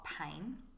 pain